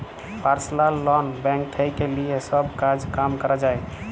personal loan bank থেক্যে লিয়ে সব কাজ কাম ক্যরা যায়